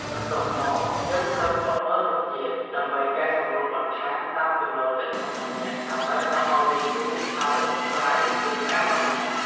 បន្ទាប់មក យើងត្រូវភ្លក្សមើលរសជាតិ ដើម្បីកែសម្រួលបន្ថែមតាមចំណូលចិត្តរបស់អ្នក ថាតើចង់ឲ្យវាជូរ ហឹរ ប្រៃ ឬផ្អែមប៉ុណ្ណា។